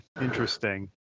interesting